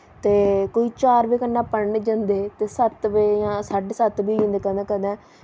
ते कोई चार बेऽ कन्नै पढ़न जंदे ते सत्त बेऽ जां साढे सत्त बी होई जंदे कदें कदें